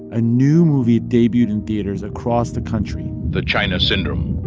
a new movie debuted in theaters across the country the china syndrome